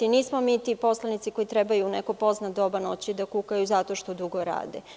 Nismo mi ti poslanici koji trebaju u neko pozno doba noći da kukaju zato što dugo rade.